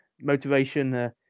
motivation